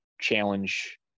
challenge